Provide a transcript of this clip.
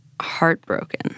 heartbroken